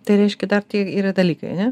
tai reiškia dar tie yra dalykai ane